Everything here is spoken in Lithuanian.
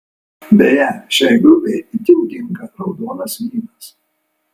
beje šiai grupei itin tinka raudonas vynas